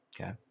Okay